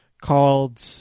called